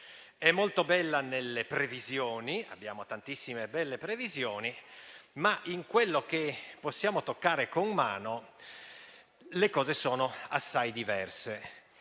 narrazione e nelle previsioni (abbiamo tantissime belle previsioni), ma in quello che possiamo toccare con mano le cose sono assai diverse.